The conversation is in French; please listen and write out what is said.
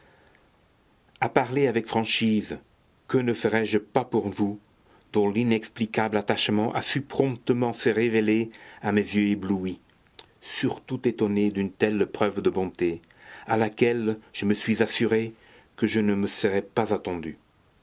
a parler avec franchise que ne ferais-je pas pour vous dont l'inexplicable attachement a su promptement se révéler à mes yeux éblouis surtout étonnés d'une telle preuve de bonté à laquelle je me suis assuré que je ne me serais pas attendu